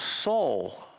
soul